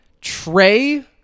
Trey